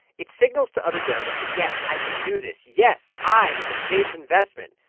it signals to other donors that, yes, i can do this. yes, i am a safe investment.